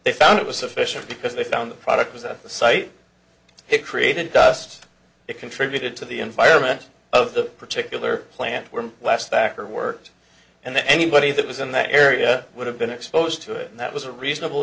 they found it was a fisher because they found the product was at the site hickory to dust it contributed to the environment of the particular plant were last factory workers and anybody that was in that area would have been exposed to it and that was a reasonable